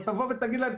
אבל תבוא ותגיד להם,